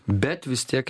bet vis tiek